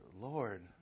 Lord